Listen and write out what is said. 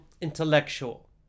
intellectual